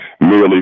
merely